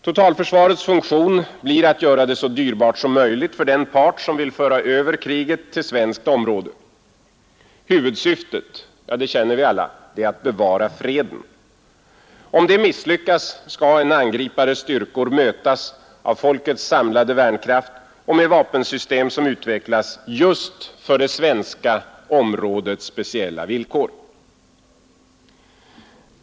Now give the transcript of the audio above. Totalförsvarets funktion blir att göra det så dyrbart som möjligt för den part som vill föra över kriget till svenskt område. Huvudsyftet — det känner vi alla — är att bevara freden. Om det misslyckas skall en angripares styrkor mötas av folkets samlade värnkraft och med vapensystem som utvecklats just för det svenska områdets speciella villkor.